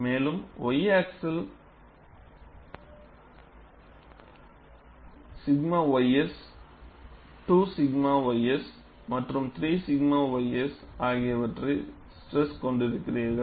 மேலும் உங்களிடம் y axis 𝛔 ys 2 𝛔 ys மற்றும் 3 𝛔 ys ஆகியவற்றில் ஸ்ட்ரெஸ் கொண்டிருக்கிறீர்கள்